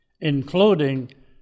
including